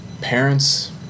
parents